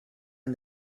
and